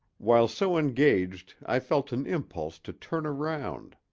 while so engaged i felt an impulse to turn round.